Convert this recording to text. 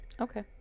Okay